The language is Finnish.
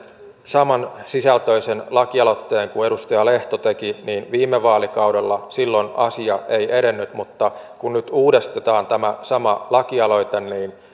samansisältöisen lakialoitteen kuin edustaja lehto viime vaalikaudella silloin asia ei edennyt mutta kun nyt uudistetaan tämä sama lakialoite niin